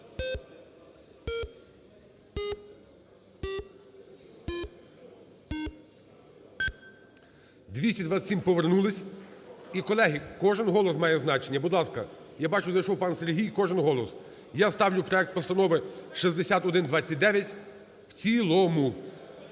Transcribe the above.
227. Повернулись. І, колеги, кожен голос має значення. Будь ласка. Я бачу, зайшов пан Сергій. Кожен голос. Я ставлю проект Постанови 6129 в цілому.